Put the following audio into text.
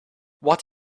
what